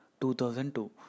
2002